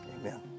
Amen